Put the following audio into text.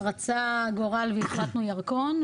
רצה הגורל והחלטנו ירקון.